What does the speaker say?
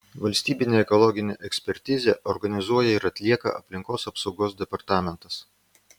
valstybinę ekologinę ekspertizę organizuoja ir atlieka aplinkos apsaugos departamentas